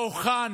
לא הוכנה